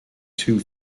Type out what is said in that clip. two